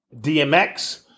DMX